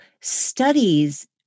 studies